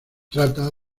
trata